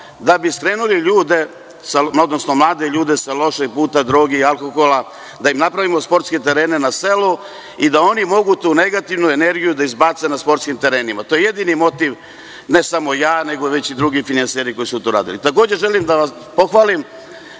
Da bi skrenuli ljude, odnosno mlade ljude sa lošeg puta droge i alkohola, da im napravimo sportske terene na selu i da oni mogu tu negativnu energiju da izbace na sportskim terenima, to je jedini motiv, ne samo ja, nego već i drugi finansijeri koji su to radili. Takođe želim da vas pohvalim.